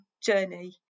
journey